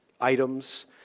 items